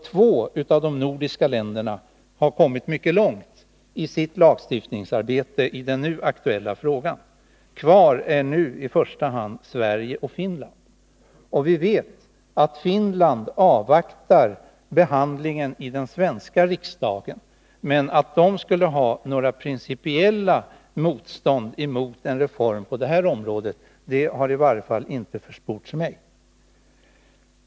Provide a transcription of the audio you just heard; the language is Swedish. Två av de nordiska länderna har ändå kommit mycket långt med lagstiftningsarbetet i den aktuella frågan. Kvar är nu i första hand Sverige och Finland. Vi vet att Finland avvaktar behandlingen i den svenska riksdagen, men att Finland skulle ha någon principiell motvilja emot en reform på det här området har i varje fall inte jag hört.